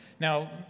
Now